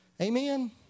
Amen